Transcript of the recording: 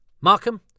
Markham